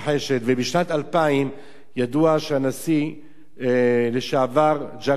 ידוע שבשנת 2000 הנשיא לשעבר ז'אק שיראק